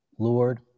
Lord